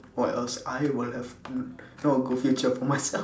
or else I would have n~ know a good future for myself